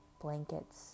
blankets